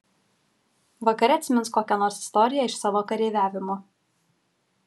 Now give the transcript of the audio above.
vakare atsimins kokią nors istoriją iš savo kareiviavimo